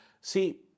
See